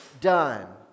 done